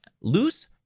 loose